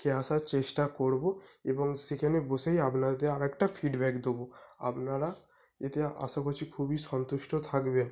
খেয়ে আসার চেষ্টা করবো এবং সেখানে বসেই আপনাকে আর একটা ফিডব্যাক দেবো আপনারা এতে আশা করছি খুবই সন্তুষ্ট থাকবে